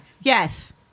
yes